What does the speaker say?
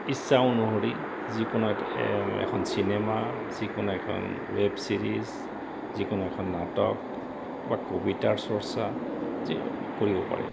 ইচ্ছা অনুসৰি যিকোনো এটা এখন চিনেমা যিকোনো এখন ৱেব ছিৰিজ যিকোনো এখন নাটক বা কবিতাৰ চৰ্চা কৰিব পাৰে